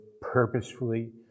purposefully